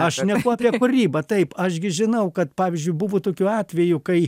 aš šneku apie kūrybą taip aš gi žinau kad pavyzdžiui buvo tokių atvejų kai